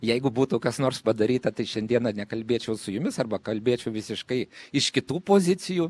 jeigu būtų kas nors padaryta tai šiandieną nekalbėčiau su jumis arba kalbėčiau visiškai iš kitų pozicijų